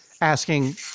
asking